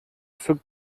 zur